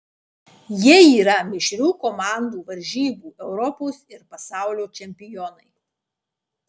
jie yra mišrių komandų varžybų europos ir pasaulio čempionai